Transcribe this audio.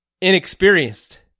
inexperienced